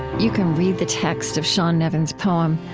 you can read the text of sean nevin's poem,